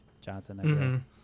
johnson